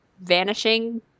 vanishing